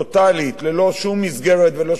ללא שום מסגרת וללא שום הסדר,